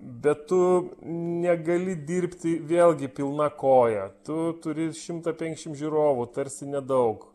be tu negali dirbti vėlgi pilna koja tu turi šimtą penkšim žiūrovų tarsi nedaug